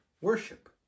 Worship